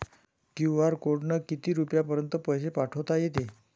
QR कोडनं किती रुपयापर्यंत पैसे पाठोता येते?